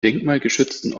denkmalgeschützten